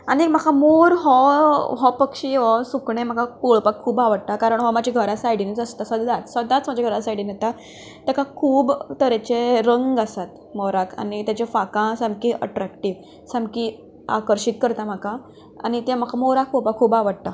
आनी म्हाका मोर हो हो पक्षी हो सुकणें म्हाका पळोवपाक खूब आवडटा कारण हो म्हज्या घरा सायडीनूच आसता सदांच सदांच म्हज्या घरा सायडीन येता ताका खूब तरेचे रंग आसात मोराक आनी ताची पाखां सामकी अट्रेक्टीव सामकी आकर्शीत करता म्हाका आनी तें म्हाका मोराक पळोवपाक खूब आवडटा